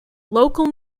local